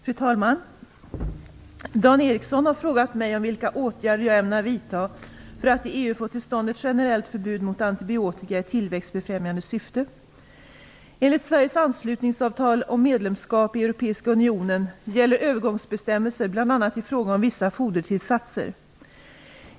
Fru talman! Dan Ericsson har frågat mig om vilka åtgärder jag ämnar vidta för att i EU få till stånd ett generellt förbud mot antibiotika i tillväxtbefrämjande syfte. Europeiska unionen gäller övergångsbestämmelser bl.a. i fråga om vissa fodertillsatser.